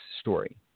story